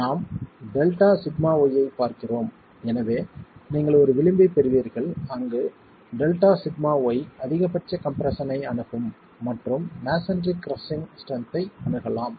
நாம் Δσy ஐப் பார்க்கிறோம் எனவே நீங்கள் ஒரு விளிம்பைப் பெறுவீர்கள் அங்கு Δσy அதிகபட்ச கம்ப்ரெஸ்ஸன் ஐ அணுகும் மற்றும் மஸோன்றி கிரஸிங் ஸ்ட்ரென்த் ஐ அணுகலாம்